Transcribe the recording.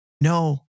No